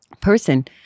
person